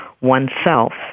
oneself